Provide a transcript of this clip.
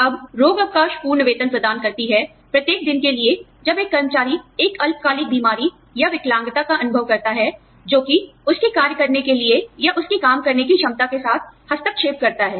अब रोग अवकाश पूर्ण वेतन प्रदान करती है प्रत्येक दिन के लिए जब एक कर्मचारी एक अल्पकालिक बीमारी या विकलांगता का अनुभव करता है जो कि उसकी कार्य करने के लिए या उसकी काम करने की क्षमता के साथ हस्तक्षेप करता है